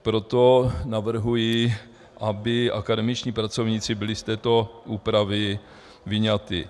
Proto navrhuji, aby akademičtí pracovníci byli z této úpravy vyňati.